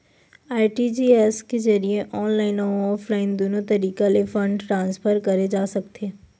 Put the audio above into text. RTGS के जरिए online अउ ऑफलाइन दुनो तरीका ले फंड ट्रांसफर करे जा सकथे